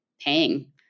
paying